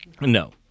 No